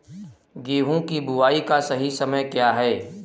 गेहूँ की बुआई का सही समय क्या है?